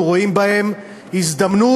אנחנו רואים בהן הזדמנות